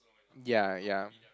ya ya